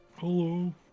Hello